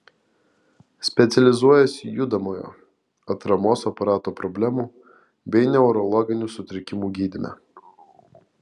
specializuojasi judamojo atramos aparato problemų bei neurologinių sutrikimų gydyme